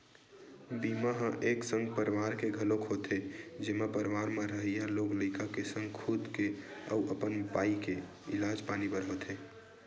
बीमा ह एक संग परवार के घलोक होथे जेमा परवार म रहइया लोग लइका के संग खुद के अउ अपन बाई के इलाज पानी बर होथे